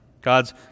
God's